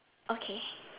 okay